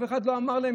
אף אחד לא אמר להם,